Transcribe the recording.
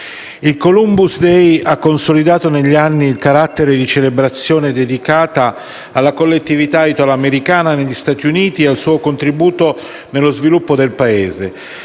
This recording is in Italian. Il Columbus day ha consolidato negli anni il carattere di celebrazione dedicata alla collettività italoamericana negli Stati Uniti e al suo contributo nello sviluppo del Paese.